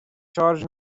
شارژ